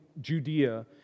Judea